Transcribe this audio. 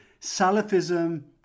Salafism